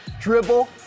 Dribble